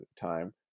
time